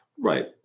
Right